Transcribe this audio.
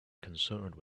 concerned